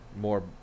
More